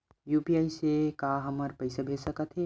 UPI से का हमर पईसा भेजा सकत हे?